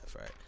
right